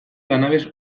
lanabes